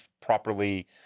properly